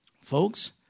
Folks